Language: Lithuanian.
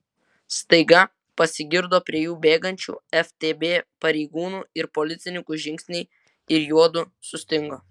staiga pasigirdo prie jų bėgančių ftb pareigūnų ir policininkų žingsniai ir juodu sustingo